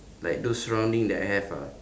like those surrounding that I have ah